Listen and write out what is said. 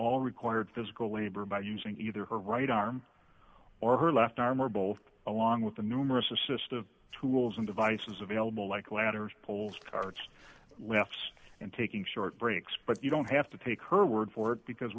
all required physical labor by using either her right arm or her left arm or both along with the numerous assist of tools and devices available like ladders poles carts laughs and taking short breaks but you don't have to take her word for it because